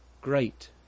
great